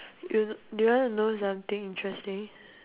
you do you wanna know something interesting